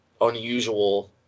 unusual